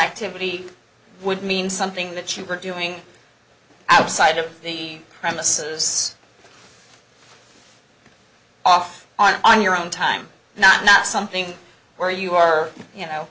activity would mean something that you were doing outside of the premises off i'm your own time not something where you are you know